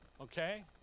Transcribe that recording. okay